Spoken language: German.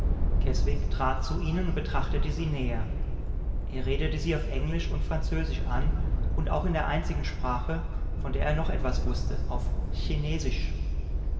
trat zu ihnen und betrachtete sie näher er redete sie auf englisch und französisch an und auch in der einzigen sprache von der er noch etwas wußte auf